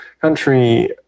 country